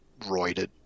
roided